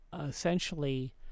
essentially